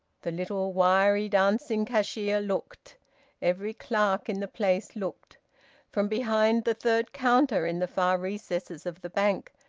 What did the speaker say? the little wiry dancing cashier looked every clerk in the place looked from behind the third counter, in the far recesses of the bank,